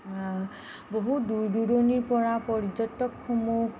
বহুত দূৰ দূৰণিৰ পৰা পৰ্যটকসমূহ